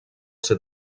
ser